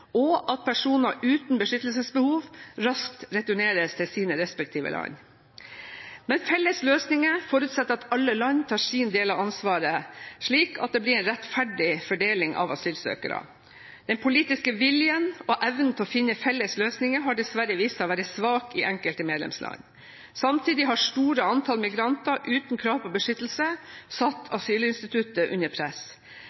og at personer uten beskyttelsesbehov raskt returneres til sine respektive land. Men felles løsninger forutsetter at alle land tar sin del av ansvaret, slik at det blir en rettferdig fordeling av asylsøkere. Den politiske viljen og evnen til å finne felles løsninger har dessverre vist seg å være svak i enkelte medlemsland. Samtidig har store antall migranter uten krav på beskyttelse satt